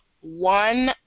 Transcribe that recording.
one